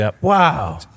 Wow